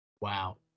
Wow